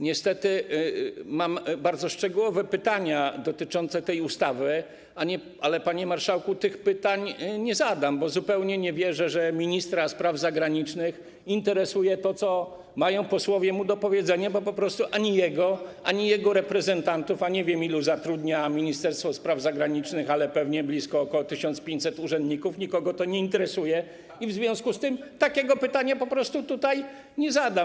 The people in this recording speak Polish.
Niestety mam bardzo szczegółowe pytania dotyczące tej ustawy, ale, panie marszałku, nie zadam ich, bo zupełnie nie wierzę, że ministra spraw zagranicznych interesuje to, co mają mu do powiedzenia posłowie, bo po prostu ani jego, ani jego reprezentantów - a nie wiem, ilu zatrudnia Ministerstwo Spraw Zagranicznych, ale pewnie ok. 1500 urzędników - to nie interesuje i w związku z tym takiego pytania po prostu nie zadam.